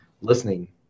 listening